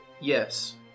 yes